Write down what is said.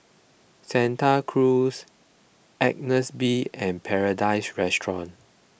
Santa Cruz Agnes B and Paradise Restaurant